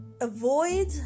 avoid